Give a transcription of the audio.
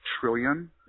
trillion